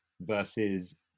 versus